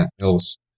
else